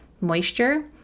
moisture